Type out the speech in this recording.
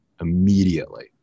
immediately